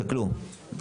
תסתכלו,